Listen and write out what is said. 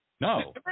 No